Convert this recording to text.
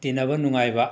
ꯇꯤꯟꯅꯕ ꯅꯨꯡꯉꯥꯏꯕ